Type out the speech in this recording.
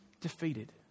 defeated